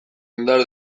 indar